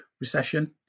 recession